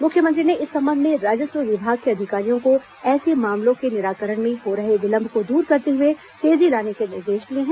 मुख्यमंत्री ने इस संबंध में राजस्व विमाग के अधिकारियों को ऐसे मामलों के निराकरण में हो रहे को विलंब को दूर करते हुए तेजी लाने के निर्देश दिए हैं